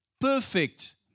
perfect